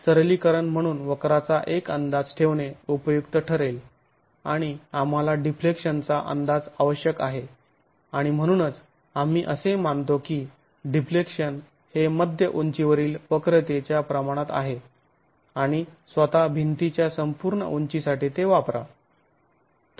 सरलीकरण म्हणून वक्राचा एक अंदाज ठेवणे उपयुक्त ठरेल आणि आम्हाला डिफ्लेक्शन चा अंदाज आवश्यक आहे आणि म्हणूनच आम्ही असे मानतो की डिफ्लेक्शन हे मध्य उंचीवरील वक्रतेच्या प्रमाणात आहे आणि स्वतः भिंतीच्या संपूर्ण उंचीसाठी ते वापरा